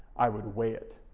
i would weigh it,